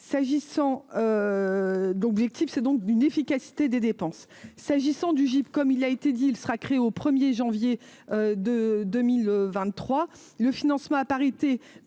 L'objectif c'est donc d'une efficacité des dépenses s'agissant du comme il a été dit-il, sera créée au 1er janvier 2 2023 le financement à parité